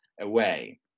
away